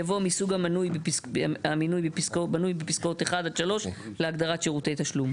יבוא: "מהסוג המנוי בפסקאות 1-3 להגדרת שירותי תשלום".